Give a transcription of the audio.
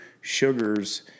sugars